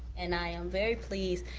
and i am very pleased,